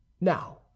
now